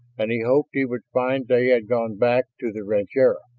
and he hoped he would find they had gone back to the rancheria.